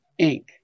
Inc